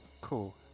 Cool